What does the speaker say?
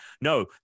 No